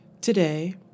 Today